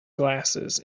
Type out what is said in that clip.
glasses